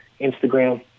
Instagram